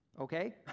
okay